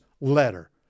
letter